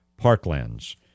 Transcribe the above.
parklands